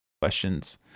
questions